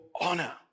honor